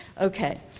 Okay